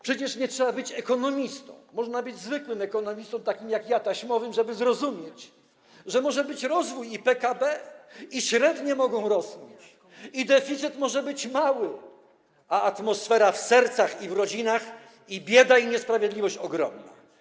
Przecież nie trzeba być aż ekonomistą, można być zwykłym ekonomistą, takim jak ja, taśmowym, żeby zrozumieć, że może być i rozwój PKB, i mogą rosnąć średnie, i deficyt może być mały, a co do atmosfery w sercach i w rodzinach to bieda i niesprawiedliwość ogromna.